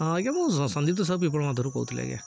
ହଁ ଆଜ୍ଞା ମୁଁ ସନ୍ଦିପ୍ତ ସାହୁ ପିପଳ ମାଧବରୁ କହୁଥିଲି ଆଜ୍ଞା